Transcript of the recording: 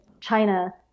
China